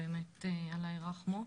אללה ירחמו.